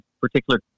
particular